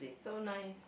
so nice